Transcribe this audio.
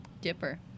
Dipper